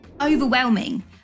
Overwhelming